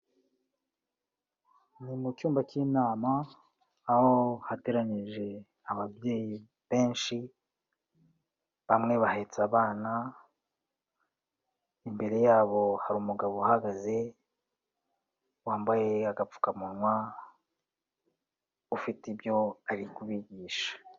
Ni mu cyumba cy'inama aho hateranyije ababyeyi benshi, bamwe bahetse abana, imbere yabo hari umugabo uhagaze, wambaye agapfukamunwa ufite ibyo ari kubigisha.